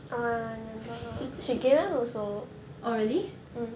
oh really